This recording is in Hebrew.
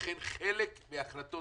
לכן חלק מן ההחלטות